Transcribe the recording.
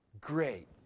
Great